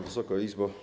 Wysoka Izbo!